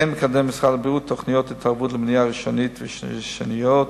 כמו כן בונה המשרד תוכניות התערבות למניעה ראשונית ושניונית,